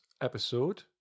episode